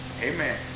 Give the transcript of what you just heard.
amen